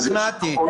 השתכנעתי.